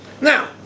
Now